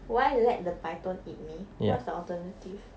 would I let the python eat me what's the alternative